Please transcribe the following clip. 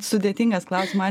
sudėtingas klaus man